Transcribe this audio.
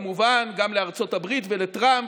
כמובן גם לארצות הברית ולטראמפ,